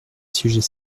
sujet